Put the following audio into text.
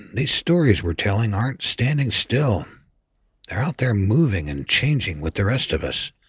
these stories we're telling aren't standing still they're out there moving and changing with the rest of us.